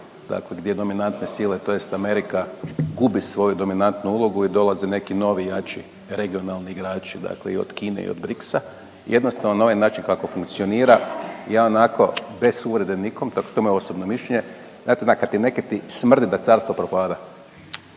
dakle gdje dominantne sile, tj. Amerika gubi svoju dominantnu ulogu i dolaze neki novi, jači regionalni igrači, dakle i od Kine i od BRICS-a, jednostavno na ovaj način kako funkcionira je onako, bez uvrede nikom, dakle to je moje osobno mišljenje, znate onak, kad ti nekaj ti smrdi da carstvo propada.